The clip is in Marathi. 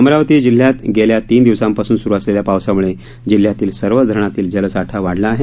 अमरावती जिल्ह्यात गेल्या तीन दिवसांपासून सुरू असलेल्या पावसामुळे जिल्ह्यातील सर्वच धरणातील जलसाठा वाढला आहे